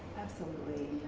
absolutely.